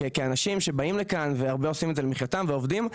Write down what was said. כאנשים שבאים לכאן והרבה עושים את זה למחייתם ועובדים,